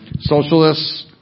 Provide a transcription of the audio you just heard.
Socialists